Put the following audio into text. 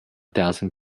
thousand